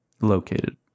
located